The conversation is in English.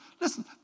Listen